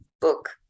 book